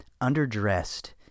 underdressed